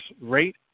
rate